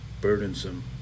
burdensome